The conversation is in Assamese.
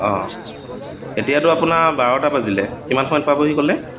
অঁ এতিয়াতো আপোনাৰ বাৰটা বাজিলে কিমান সময়ত পাবহি ক'লে